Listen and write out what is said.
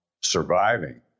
surviving